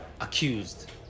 accused